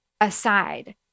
aside